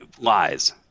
lies